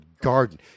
garden